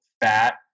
fat